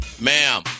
Ma'am